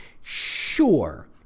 Sure